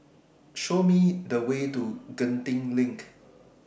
Nothing Beats having Papadum in The Summer